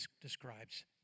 describes